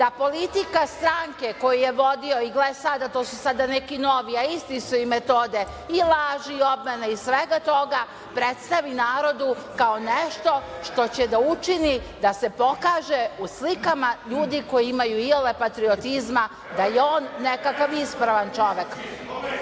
da politika stranke koju je vodio i, gle sada, to su sada neki novi, a iste su im metode i od laži, obmana i svega toga, predstavi narodu kao nešto što će da učini, da se pokaže u slikama ljudi koji imaju iole patriotizma da je on nekakav ispravan